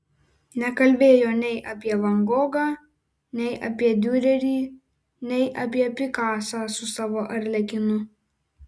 nekalbėjo nei apie van gogą nei apie diurerį nei apie pikasą su savo arlekinu